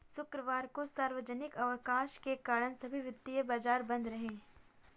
शुक्रवार को सार्वजनिक अवकाश के कारण सभी वित्तीय बाजार बंद रहे